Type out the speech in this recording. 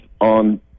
on